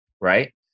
right